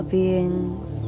beings